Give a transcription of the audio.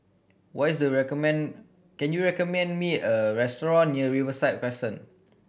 what is recommend can you recommend me a restaurant near Riverside Crescent